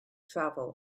travel